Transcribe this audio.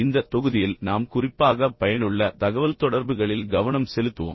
இந்த தொகுதியில் நாம் குறிப்பாக பயனுள்ள தகவல்தொடர்புகளில் கவனம் செலுத்துவோம்